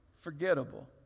forgettable